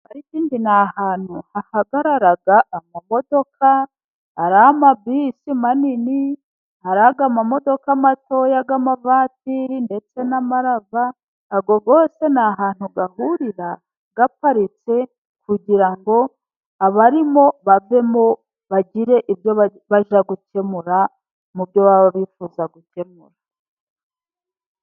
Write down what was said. Parkingi ni ahantu hahagarara imodoka, ari bisi nini, ari imodoka ntoya z'ivatiri ndetse na rava, izo zose ni ahantu zihurira ziparitse, kugira ngo abarimo bavemo bagire ibyo bajya gukemura mu byo baba bifuza gukemura.